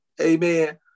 Amen